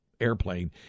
airplane